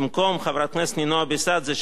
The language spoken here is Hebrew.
במקום חברת הכנסת נינו אבסדזה,